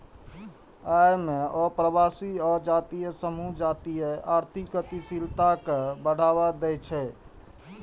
अय मे अप्रवासी आ जातीय समूह जातीय आर्थिक गतिशीलता कें बढ़ावा दै छै